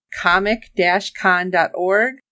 comic-con.org